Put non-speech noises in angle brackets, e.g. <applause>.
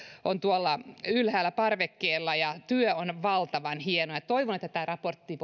on tuolla ylhäällä parvekkeella ja työ on valtavan hienoa toivon että tämän raportin <unintelligible>